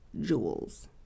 jewels